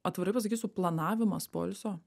atvirai pasakysiu planavimas poilsio